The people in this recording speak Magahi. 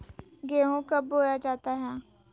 गेंहू कब बोया जाता हैं?